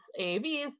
AAVs